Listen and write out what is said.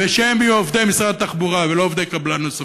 ושהם יהיו עובדי משרד התחבורה ולא עובדי קבלן נוספים.